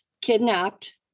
kidnapped